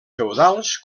feudals